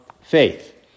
faith